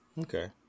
okay